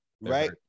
Right